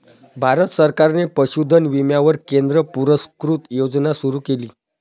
भारत सरकारने पशुधन विम्यावर केंद्र पुरस्कृत योजना सुरू केली